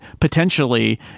potentially